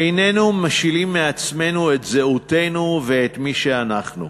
איננו משילים מעצמנו את זהותנו ואת מי שאנחנו.